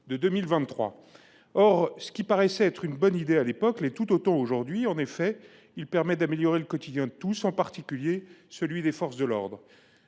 2027. Ce qui paraissait être une bonne idée à l’époque l’est tout autant aujourd’hui ! En effet, le dispositif permet d’améliorer le quotidien de tous, en particulier celui des forces de l’ordre.